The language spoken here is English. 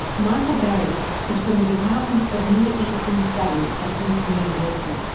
michael barry is from the department of near eastern studies at princeton university,